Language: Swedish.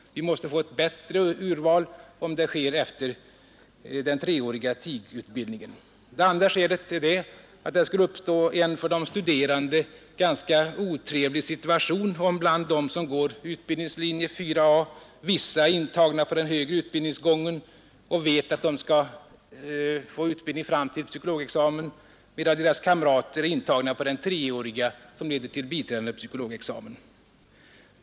Vi måste få ett bättre urval om det sker efter den treåriga TIG-utbildningen. Det andra skälet är att det skulle uppstå en för de studerande ganska otrevlig situation, om bland dem som går utbildningslinje 4 a vissa är intagna på den högre utbildningsgången och vet att de skall få utbildning fram till psykologexamen, medan deras kamrater är intagna på den treåriga som leder till biträdande psykologexamen.